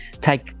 take